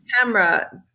camera